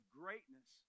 greatness